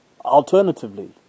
Alternatively